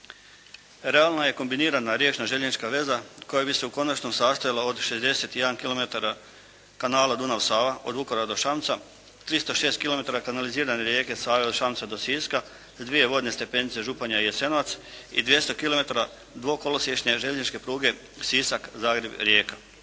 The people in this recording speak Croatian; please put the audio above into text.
Realna je kombinirana riječna željeznička veza koja bi se u konačnom sastojala od 61 km kanala Dunav – Sava od Vukovara do Šamca, 306 km kanalizirane rijeke Save od Šamca do Siska s dvije vodne stepenice Županja i Jasenovac i 200 km dvokolosječne željezničke pruge Sisak – Zagreb – Rijeka.